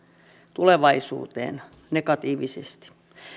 tulevaisuuteen negatiivisesti